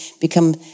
become